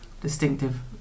distinctive